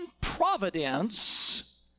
providence